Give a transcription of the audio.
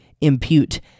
impute